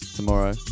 tomorrow